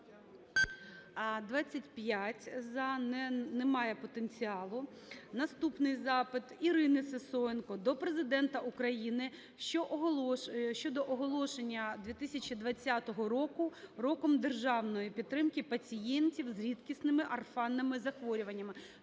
За-25 Немає потенціалу. Наступний запит. Ірини Сисоєнко до Президента України щодо оголошення 2020 року – Роком державної підтримки пацієнтів з рідкісними (орфанними) захворюваннями.